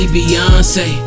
Beyonce